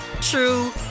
true